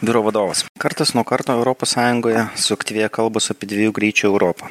biuro vadovas kartas nuo karto europos sąjungoje suaktyvėjo kalbos apie dviejų greičių europą